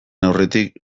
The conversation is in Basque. aurretik